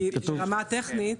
כי ברמה הטכנית,